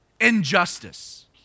injustice